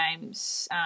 games